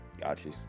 gotcha